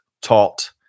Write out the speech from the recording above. taught